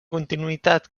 continuïtat